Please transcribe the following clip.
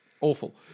Awful